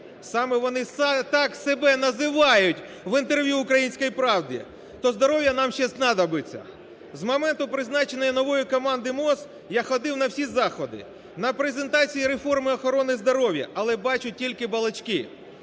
так вони себе називають в інтерв'ю "Українській правді", то здоров'я нам ще знадобиться. З моменту призначення нової команди МОЗ я ходив на всі заходи, на презентації реформи охорони здоров'я, але бачу тільки балачки.